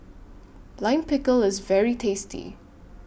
Lime Pickle IS very tasty